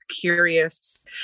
curious